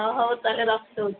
ହଁ ହଉ ତାହେଲେ ରଖିଦେଉଛି